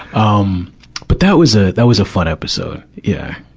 um but that was a, that was a fun episode. yeah,